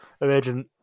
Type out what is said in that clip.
imagine